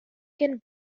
can